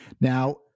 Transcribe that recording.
Now